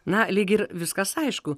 na lyg ir viskas aišku